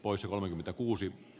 räsäsen ehdotusta